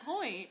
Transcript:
point